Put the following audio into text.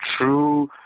true